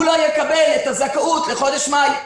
הוא לא יקבל את הזכאות לחודש מאי.